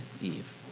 Eve